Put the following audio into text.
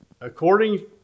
according